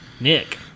Nick